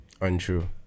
Untrue